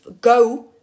go